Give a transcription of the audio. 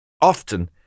Often